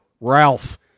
Ralph